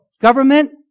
government